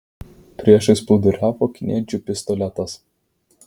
priešais plūduriavo kniedžių pistoletas